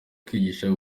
kwigisha